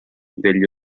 degli